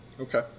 Okay